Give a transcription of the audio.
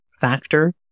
factor